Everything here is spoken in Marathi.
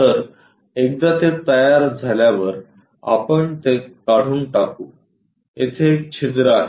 तर एकदा ते तयार झाल्यावर आपण ते काढून टाकू येथे एक छिद्र आहे